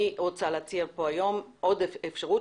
אני רוצה להציע פה היום עוד אפשרות,